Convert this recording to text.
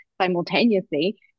simultaneously